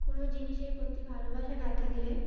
কোনো জিনিসের প্রতি ভালোবাসা না থাকলে